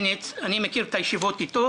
האמת שאני רוצה אותך באריכות,